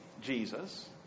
Jesus